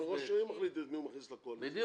ראש העיר מחליט את מי הוא מכניס לקואליציה.